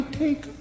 take